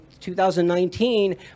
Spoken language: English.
2019